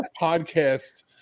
podcast